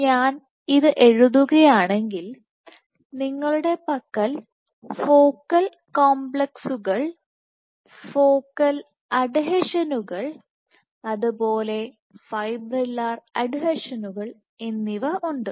ഞാൻ ഇത് എഴുതുകയാണെങ്കിൽ നിങ്ങളുടെ പക്കൽ ഫോക്കൽ കോംപ്ലക്സുകൾ ഫോക്കൽ അഡ്ഹീഷനുകൾ അതുപോലെ ഫൈബ്രില്ലർ അഡ്ഹീഷനുകൾ എന്നിവ ഉണ്ട്